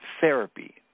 therapy